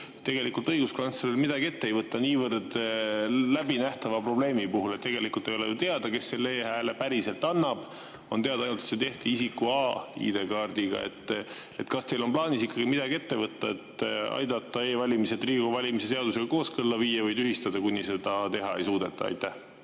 tegelikult õiguskantsler midagi ette ei võta niivõrd läbinähtava probleemi puhul. Tegelikult ei ole ju teada, kes selle e-hääle päriselt annab, on teada ainult, et see tehti isiku A ID-kaardiga. Kas teil on plaanis ikkagi midagi ette võtta, et aidata e-valimised Riigikogu valimise seadusega kooskõlla viia või need tühistada, kuni seda teha ei suudeta? Aitäh,